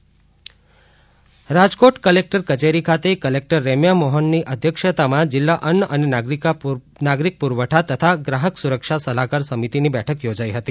રાજકોટ સહાય યોજના રાજકોટ કલેકટર કચેરી ખાતે કલેકટર રેમ્યામોહનની અધ્યક્ષતામાં જિલ્લા અન્ન અને નાગરિક પુરવઠા તથા ગ્રાહક સુરક્ષા સલાહકાર સમિતિની બેઠક થોજાઇ હતી